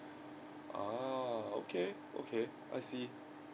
ah okay okay I see